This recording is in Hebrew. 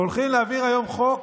הולכים להעביר היום חוק